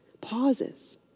Pauses